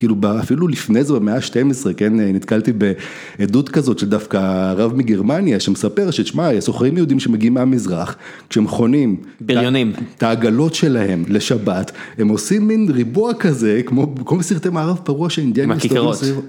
כאילו אפילו לפני זה במאה ה-12 נתקלתי בעדות כזאת של דווקא רב מגרמניה שמספר ששמע סוחרים יהודים שמגיעים מהמזרח כשהם חונים, בריונים, את העגלות שלהם לשבת, הם עושים מין ריבוע כזה כמו בסרטי מערב פרוע שאינדיאנים מסתובבים